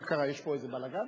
מה קרה, יש פה איזה בלגן?